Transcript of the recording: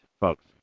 folks